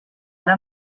ara